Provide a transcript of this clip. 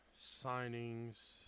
signings